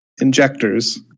injectors